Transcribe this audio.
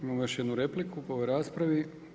Imamo još jednu repliku po ovoj raspravi.